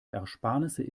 ersparnisse